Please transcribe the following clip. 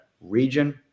region